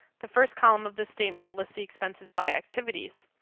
the first column of the statement lists the expenses by activities,